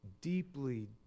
deeply